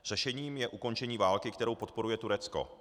Řešením je ukončení války, kterou podporuje Turecko.